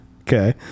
Okay